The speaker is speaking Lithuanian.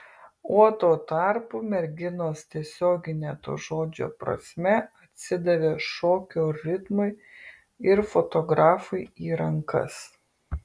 o tuo tarpu merginos tiesiogine to žodžio prasme atsidavė šokio ritmui ir fotografui į rankas